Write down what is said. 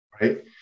right